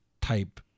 type